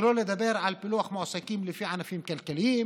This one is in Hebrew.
שלא לדבר על פילוח מועסקים לפי ענפים כלכליים,